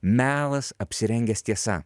melas apsirengęs tiesa